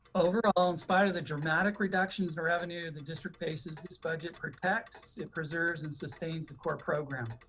overall, in spite of the dramatic reductions in revenue the district faces this budget protects, it preserves and sustains the core program.